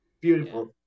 beautiful